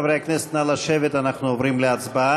חברי הכנסת, נא לשבת, אנחנו עוברים להצבעה,